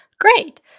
Great